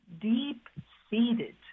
deep-seated